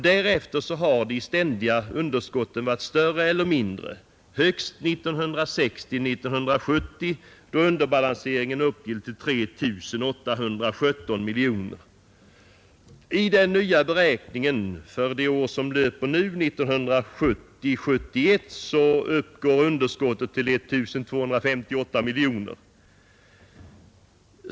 Därefter har de ständiga underskotten varit större eller mindre, högst 1969 71, uppgår underskottet till I 258 miljoner kronor.